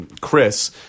Chris